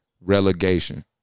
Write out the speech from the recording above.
relegation